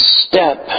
step